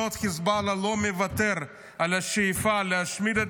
כל עוד חיזבאללה לא מוותר על השאיפה להשמיד את